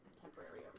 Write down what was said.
temporary